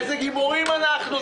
איזה גיבורים אנחנו,